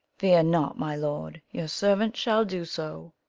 fear not, my lord your servant shall do so.